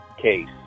case